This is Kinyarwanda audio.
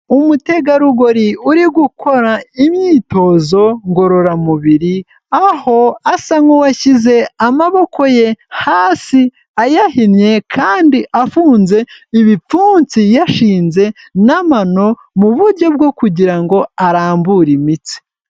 Umutegarugori uri gukora imyitozo ngororamubiri, aho asa nk'uwashyize amaboko ye hasi ayahinnye kandi afunze ibipfunsi yashinze n'amano mu buryo bwo kugira ngo arambure imitsi.